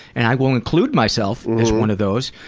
and i will include myself as one of those,